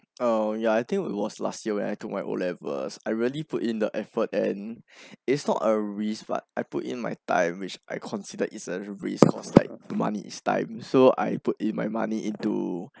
oh ya I think it was last year when I took my O levels I really put in the effort and it's not a risk but I put in my time which I considered is a risk cause is like money is time so I put in my money into